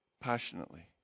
passionately